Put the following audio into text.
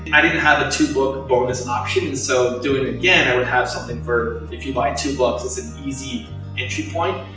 i didn't have a two book bonus option. and so, do it again, and would have something for, if you buy two books. it's an easy entry point.